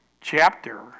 chapter